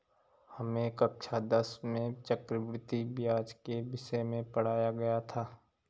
हमें कक्षा दस में चक्रवृद्धि ब्याज के विषय में पढ़ाया गया था